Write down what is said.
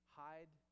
hide